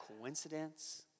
coincidence